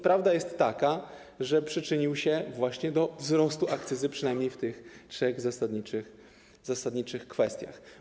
Prawda jest taka, że przyczynił się on właśnie do wzrostu akcyzy, przynajmniej w tych trzech zasadniczych kwestiach.